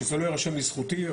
שזה לא יירשם לזכותי.